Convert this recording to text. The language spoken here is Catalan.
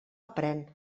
aprén